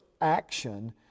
action